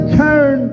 turn